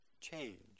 change